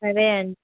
సరే అండి